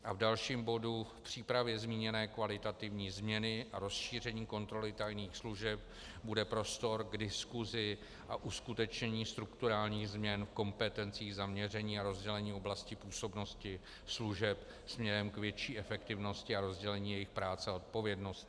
V dalším bodu: V přípravě zmíněné kvalitativní změny rozšíření kontroly tajných služeb bude prostor k diskusi a uskutečnění strukturálních změn v kompetencích zaměření a rozdělení oblasti působnosti služeb směrem k větší efektivnosti a rozdělení jejich práce a odpovědnosti.